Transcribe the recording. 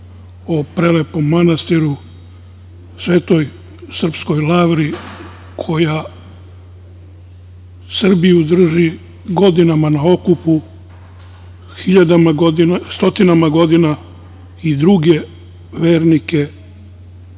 o prelepom manastiru svetoj srpskoj lavri koja Srbiju drži godinama na okupu, stotinama godina i druge vernike,